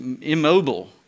immobile